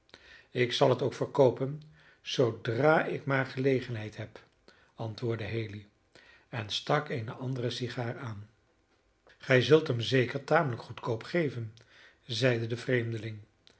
ik zal het ook verkoopen zoodra ik maar gelegenheid heb antwoordde haley en stak eene andere sigaar aan gij zult hem zeker tamelijk goedkoop geven zeide de vreemdeling